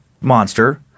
monster